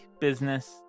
business